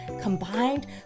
combined